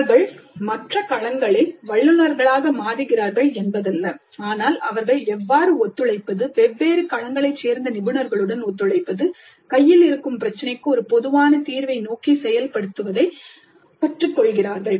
அவர்கள் மற்ற களங்களில் வல்லுநர்களாக மாறுகிறார்கள் என்பதல்ல ஆனால் அவர்கள் எவ்வாறு ஒத்துழைப்பது வெவ்வேறு களங்களைச் சேர்ந்த நிபுணர்களுடன் ஒத்துழைப்பது கையில் இருக்கும் பிரச்சினைக்கு ஒரு பொதுவான தீர்வை நோக்கி செயல்படுவதைக் கற்றுக்கொள்கிறார்கள்